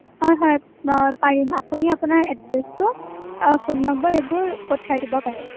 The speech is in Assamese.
হয় হয় পাৰিম আপুনি আপোনাৰ এড্ৰেছটো আৰু ফোন নাম্বাৰ এইবোৰ পঠিয়াই দিব পাৰে